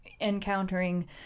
encountering